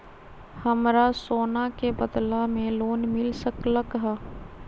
हमरा सोना के बदला में लोन मिल सकलक ह?